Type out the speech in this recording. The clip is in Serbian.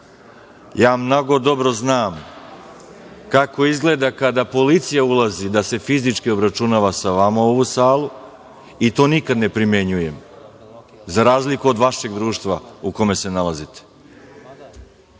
Mnogo dobro znam kako izgleda kada policija ulazi da se fizički obračunava sa vama u sali i to nikad ne primenjujem. Za razliku od vašeg društva u kome se nalazite.(Saša